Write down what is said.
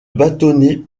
bâtonnets